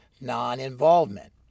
non-involvement